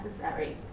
necessary